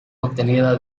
obtenida